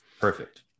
Perfect